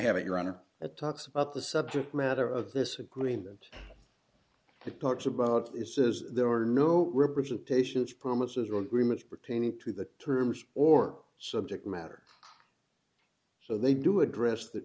have your honor that talks about the subject matter of this agreement the parts about it says there are no representations promises or agreements pertaining to the terms or d subject matter so they do address that